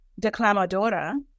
declamadora